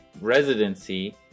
residency